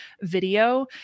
video